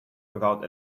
without